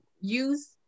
Use